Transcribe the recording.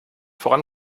voran